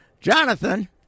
Jonathan